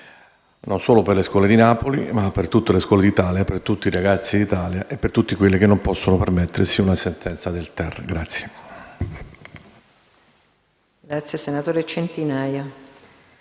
non solo per scuole di Napoli ma per tutte le scuole d'Italia, per tutti i ragazzi d'Italia e per tutti quelli che non possono permettersi una sentenza del TAR?